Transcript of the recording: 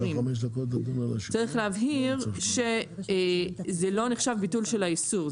צריך להבהיר שזה לא נחשב ביטול של האיסור,